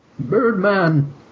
Birdman